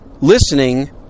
listening